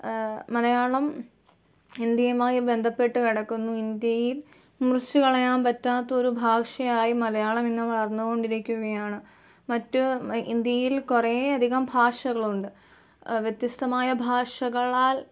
മലയാളം ഇന്ത്യയുമായി ബന്ധപ്പെട്ട് കിടക്കുന്നു ഇന്ത്യയിൽ മുറിച്ചുകളയാൻ പറ്റാത്ത ഒരു ഭാഷയായി മലയാളം ഇന്ന് വളർന്നുകൊണ്ടിരിക്കുകയാണ് മറ്റ് ഇന്ത്യയിൽ കുറേയധികം ഭാഷകളുണ്ട് വ്യത്യസ്തമായ ഭാഷകളാൽ